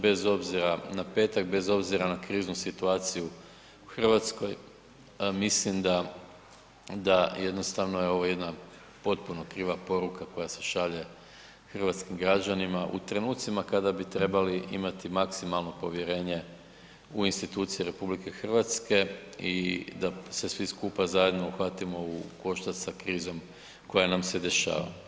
Bez obzira na petak, bez obzira na kriznu situaciju u RH, mislim da, da jednostavno je ovo jedna potpuno kriva poruka koja se šalje hrvatskim građanima u trenucima kada bi trebali imati maksimalno povjerenje u institucije RH i da se svi skupa zajedno uhvatimo u koštac sa krizom koja nam se dešava.